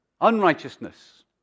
Unrighteousness